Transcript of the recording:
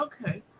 okay